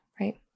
right